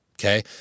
Okay